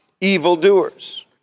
evildoers